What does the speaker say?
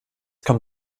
kommt